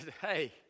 hey